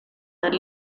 del